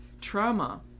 Trauma